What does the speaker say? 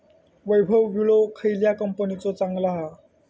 वैभव विळो खयल्या कंपनीचो चांगलो हा?